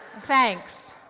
Thanks